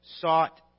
sought